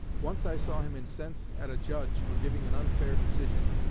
once i saw him incensed at a judge for giving an unfair decision.